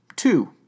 Two